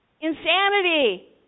Insanity